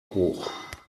hoch